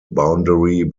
boundary